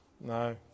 no